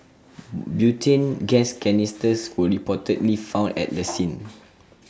butane gas canisters were reportedly found at the scene